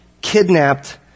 kidnapped